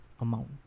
amount